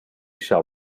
shall